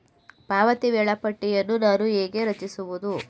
ಪಾವತಿ ವೇಳಾಪಟ್ಟಿಯನ್ನು ನಾನು ಹೇಗೆ ರಚಿಸುವುದು?